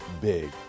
big